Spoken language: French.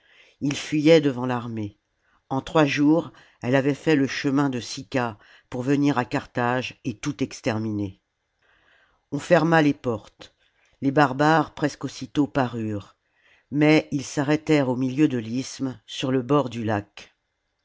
ils fuyaient devant l'armée en trois jours elle avait fait le chemin de sicca pour venir à carthage et tout exterminer on ferma les portes les barbares presque aussitôt parurent mais ils s'arrêtèrent au milieu de l'isthme sur le bord du lac